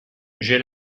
j’ai